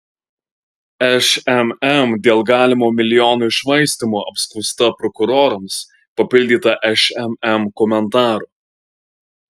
šmm dėl galimo milijonų iššvaistymo apskųsta prokurorams papildyta šmm komentaru